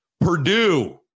Purdue